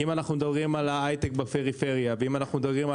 אם מדברים על ההייטק בפריפריה ועל